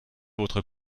votre